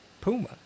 puma